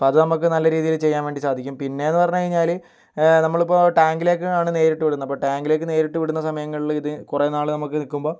അപ്പോൾ അതു നമ്മൾക്ക് നല്ല രീതിയിൽ ചെയ്യാൻ വേണ്ടി സാധിക്കും പിന്നേയെന്ന് പറഞ്ഞു കഴിഞ്ഞാൽ നമ്മളിപ്പോൾ ടാങ്കിലേയ്ക്കാണ് നേരിട്ട് വിടുന്നത് അപ്പോൾ ടാങ്കിലേക്ക് നേരിട്ട് വിടുന്ന സമയങ്ങളിൽ ഇത് കുറേ നാൾ നമുക്ക് നിൽക്കുമ്പം